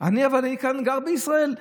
אבל אני גר בישראל.